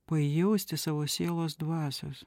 pajausti savo sielos dvasios